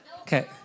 Okay